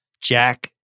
Jack